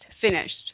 finished